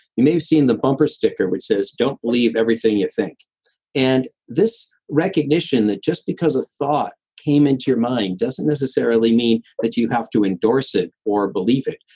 you may have seen the bumper sticker which says don't believe everything you think and this recognition that just because a thought came into your mind doesn't necessarily mean that you have to endorse it or believe it,